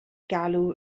galw